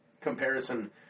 comparison